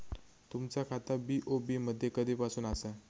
तुमचा खाता बी.ओ.बी मध्ये कधीपासून आसा?